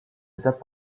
étapes